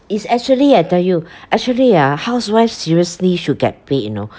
it's actually I tell you actually ah housewife seriously should get paid you know